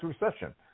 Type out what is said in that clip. recession